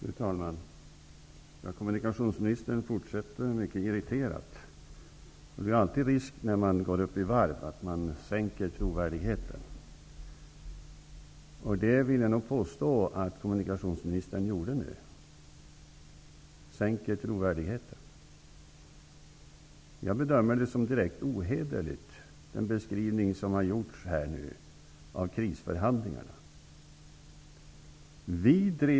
Fru talman! Kommunikationsministern fortsätter mycket irriterat. Det är när man går upp i varv alltid risk att man sänker trovärdigheten, och jag vill nog påstå att kommunikationsministern gjorde det nu. Jag bedömer den beskrivning som nu har gjorts av krisförhandlingarna som direkt ohederlig.